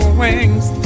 wings